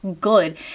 good